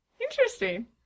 Interesting